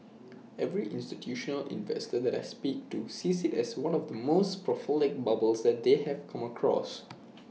every institutional investor that I speak to sees IT as one of the most prolific bubbles as that they've come across